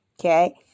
Okay